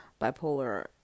bipolar